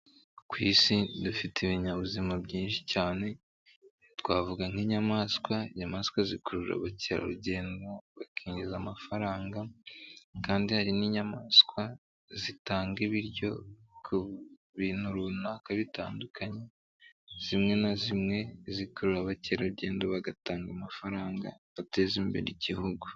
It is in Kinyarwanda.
Ku isi dufite ibinyabuzima byinshi cyane twavuga nk'inyamaswa, inyamaswa zikurura abakerarugendo bakinjiza amafaranga kandi hari n'inyamaswa zitanga ibiryo ku bintu runaka bitandukanye, zimwe na zimwe zikurura abakerarugendo bagatanga amafaranga ateza imbere igihugu.